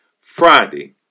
Friday